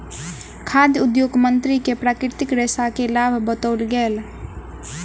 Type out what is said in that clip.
खाद्य उद्योग मंत्री के प्राकृतिक रेशा के लाभ बतौल गेल